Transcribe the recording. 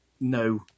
no